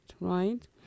right